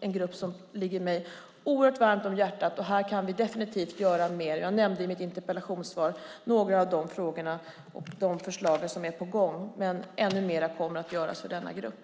en grupp som ligger mig oerhört varmt om hjärtat. Här kan vi definitivt göra mer. Jag nämnde i mitt interpellationssvar några av de frågor och förslag som är på gång. Men ännu mer kommer att göras för denna grupp.